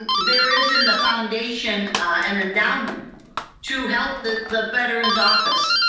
there is in the foundation an endowment to help the the veterans office.